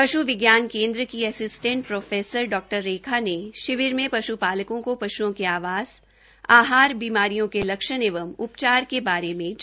पश् विज्ञान केंद्र की असिस्टेंट प्रोफेसर डा रेखा ने शिर्विर में पशुपालकों को पशुओं के आवास आहार बीमॉरियों के लक्षण एवं उपचार के बारे में जानकारी दी